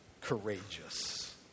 courageous